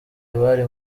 abari